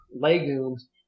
legumes